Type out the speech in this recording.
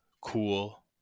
cool